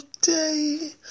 day